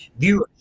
Viewers